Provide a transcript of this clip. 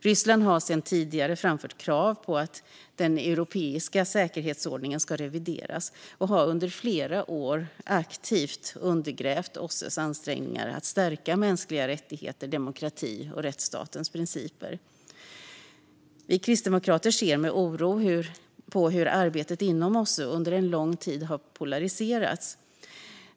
Ryssland har sedan tidigare framfört krav på att den europeiska säkerhetsordningen ska revideras och har under flera år aktivt undergrävt OSSE:s ansträngningar för att stärka mänskliga rättigheter, demokrati och rättsstatens principer. Vi kristdemokrater ser med oro på hur arbetet inom OSSE under lång tid har polariserats.